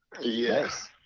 yes